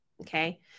okay